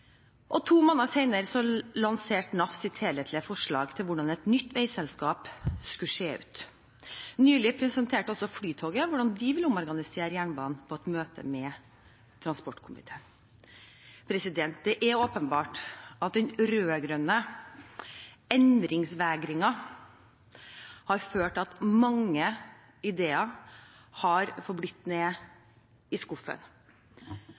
prosjektfinansiering. To måneder senere lanserte NAF sitt helhetlige forslag til hvordan et nytt veiselskap skulle se ut. Nylig presenterte også Flytoget hvordan de ville omorganisere jernbanen, på et møte med transportkomiteen. Det er åpenbart at den rød-grønne endringsvegringen har ført til at mange ideer har forblitt nede i skuffen,